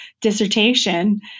dissertation